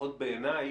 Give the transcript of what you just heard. לפחות בעיניי,